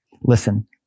Listen